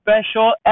special